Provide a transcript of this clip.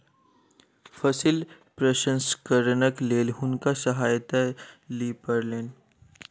फसिल प्रसंस्करणक लेल हुनका सहायता लिअ पड़लैन